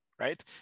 right